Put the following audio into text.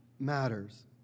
matters